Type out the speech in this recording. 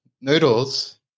noodles